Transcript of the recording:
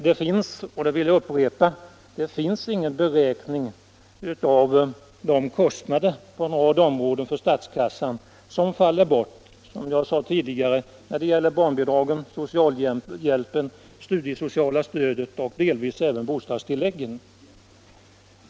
Det finns, det vill jag upprepa, ingen beräkning av de kostnader som på en rad områden faller bort för statskassan — barnbidragen, socialhjälpen, studiesociala stödet och delvis även bostadstilläggen.